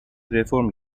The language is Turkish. reform